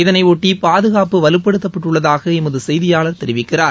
இதனையொட்டி பாதுகாப்பு வலுப்படுத்தப்பட்டுள்ளதாக எமது செயதியாளர் தெரிவிக்கிறார்